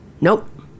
Nope